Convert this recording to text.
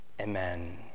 amen